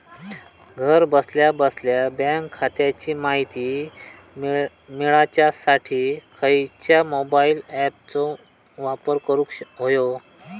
घरा बसल्या बसल्या बँक खात्याची माहिती मिळाच्यासाठी खायच्या मोबाईल ॲपाचो वापर करूक होयो?